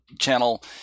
channel